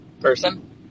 person